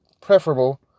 preferable